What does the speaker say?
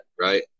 Right